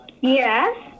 Yes